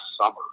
Summer